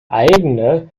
eigene